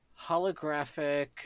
Holographic